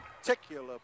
particular